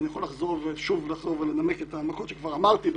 ואני יכול לחזור ושוב לחזור ולנמק את ההנמקות שכבר אמרתי בעבר,